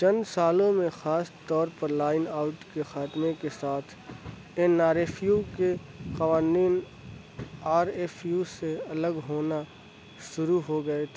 چند سالوں میں خاص طور پر لائن آؤٹ کے خاتمے کے ساتھ این آر ایف یو کے قوانین آر ایف یو سے الگ ہونا شروع ہو گئے تھے